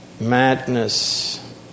Madness